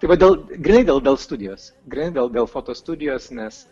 tai vat dėl gryn dėl dėl studijosgryn dėl fotostudijos nes